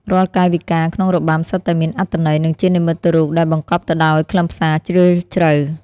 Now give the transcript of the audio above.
រាល់កាយវិការក្នុងរបាំសុទ្ធតែមានអត្ថន័យ និងជានិមិត្តរូបដែលបង្កប់ទៅដោយខ្លឹមសារជ្រាលជ្រៅ។